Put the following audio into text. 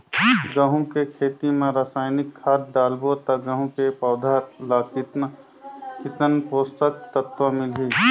गंहू के खेती मां रसायनिक खाद डालबो ता गंहू के पौधा ला कितन पोषक तत्व मिलही?